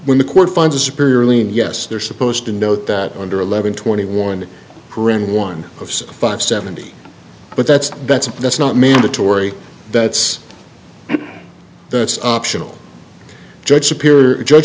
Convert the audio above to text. when the court finds a superior lien yes they're supposed to note that under eleven twenty one the qur'an one of five seventy but that's that's that's not mandatory that's it that's optional judge superior judge